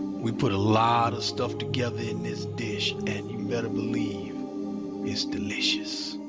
we put a lot of stuff together in this dish. and you better believe it's delicious.